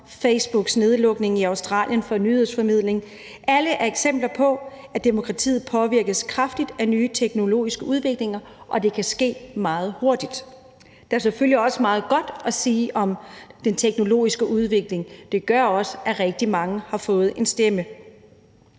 Facebooks nedlukning i Australien, altså i forhold til nyhedsformidling. Alle er eksempler på, at demokratiet påvirkes kraftigt af nye teknologiske udviklinger, og det kan ske meget hurtigt. Der er selvfølgelig også meget godt at sige om den teknologiske udvikling. Den gør også, at rigtig mange har fået en stemme.